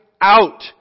out